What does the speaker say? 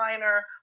liner